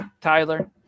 tyler